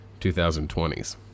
2020s